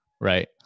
Right